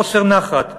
חוסר נחת,